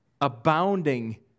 abounding